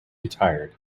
retired